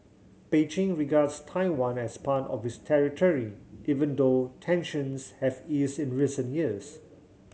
Beijing regards Taiwan as part of its territory even though tensions have eased in recent years